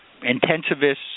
intensivists